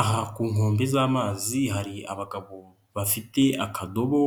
Aha ku nkombe z'amazi hari abagabo bafite akadobo